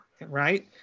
right